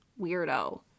weirdo